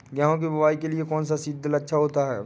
गेहूँ की बुवाई के लिए कौन सा सीद्रिल अच्छा होता है?